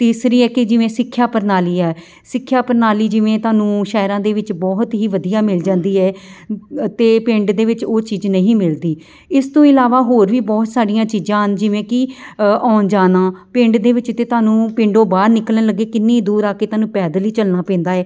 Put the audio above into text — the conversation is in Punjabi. ਤੀਸਰੀ ਹੈ ਕਿ ਜਿਵੇਂ ਸਿੱਖਿਆ ਪ੍ਰਣਾਲੀ ਹੈ ਸਿੱਖਿਆ ਪ੍ਰਣਾਲੀ ਜਿਵੇਂ ਤੁਹਾਨੂੰ ਸ਼ਹਿਰਾਂ ਦੇ ਵਿੱਚ ਬਹੁਤ ਹੀ ਵਧੀਆ ਮਿਲ ਜਾਂਦੀ ਹੈ ਅਤੇ ਪਿੰਡ ਦੇ ਵਿੱਚ ਉਹ ਚੀਜ਼ ਨਹੀਂ ਮਿਲਦੀ ਇਸ ਤੋਂ ਇਲਾਵਾ ਹੋਰ ਵੀ ਬਹੁਤ ਸਾਰੀਆਂ ਚੀਜ਼ਾਂ ਹਨ ਜਿਵੇਂ ਕਿ ਅ ਆਉਣ ਜਾਣਾ ਪਿੰਡ ਦੇ ਵਿੱਚ ਅਤੇ ਤੁਹਾਨੂੰ ਪਿੰਡੋਂ ਬਾਹਰ ਨਿਕਲਣ ਲੱਗੇ ਕਿੰਨੀ ਦੂਰ ਆ ਕੇ ਤੁਹਾਨੂੰ ਪੈਦਲ ਹੀ ਚੱਲਣਾ ਪੈਂਦਾ ਹੈ